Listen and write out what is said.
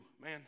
man